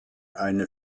eine